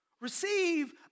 receive